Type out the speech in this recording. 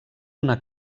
una